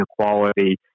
inequality